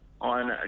on